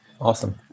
Awesome